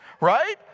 right